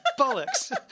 bollocks